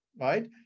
Right